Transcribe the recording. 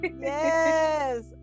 Yes